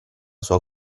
sua